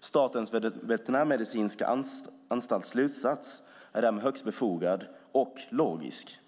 Statens veterinärmedicinska anstalts slutsats är därför högst befogad och logisk.